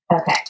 Okay